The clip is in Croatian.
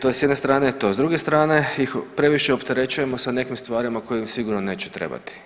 To je s jedne strane, a to je s druge strane, previše opterećujemo sa nekim stvarima koje im sigurno neće trebati.